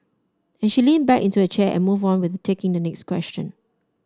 and she leaned back into her chair and moved on with taking the next question